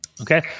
Okay